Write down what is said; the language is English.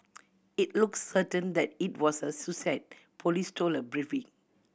it looks certain that it was a suicide police told a briefing